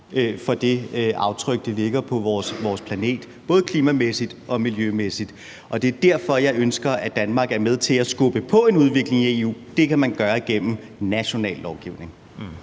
for det aftryk, de sætter på vores planet – både klimamæssigt og miljømæssigt? Det er derfor, jeg ønsker, at Danmark er med til at skubbe på en udvikling i EU, og det kan man gøre gennem national lovgivning.